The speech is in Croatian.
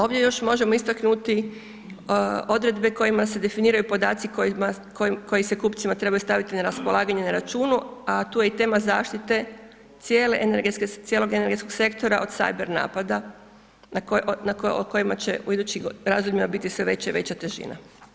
Ovdje još možemo istaknuti odredbe kojima se definiraju podaci koji se kupcima trebaju staviti na raspolaganje na računu, a tu je i tema zaštite cijelog energetskog sektora od sajber napada o kojima će u idućim razdobljima biti sve veća i veća težina.